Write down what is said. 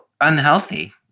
unhealthy